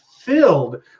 filled